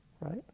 right